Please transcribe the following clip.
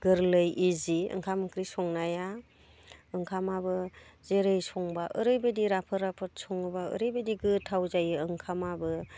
गोरलै इजि ओंखाम ओंख्रि संनाया ओंखामाबो जेरै संब्ला ओरैबायदि राफोद राफोद सङोब्ला ओरैबायदि गोथाव जायो ओंखामाबो